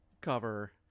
cover